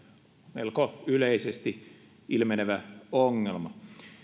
melko yleisesti ilmenevä ongelma